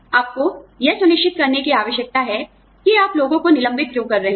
आपको यह सुनिश्चित करने की आवश्यकता है कि आप लोगों को निलंबित क्यों कर रहे हैं